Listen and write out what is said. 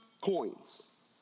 coins